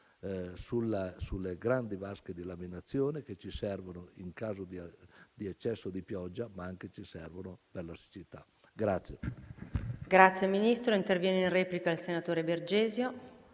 sulle grandi vasche di laminazione che ci servono in caso di eccesso di pioggia, ma anche per la siccità.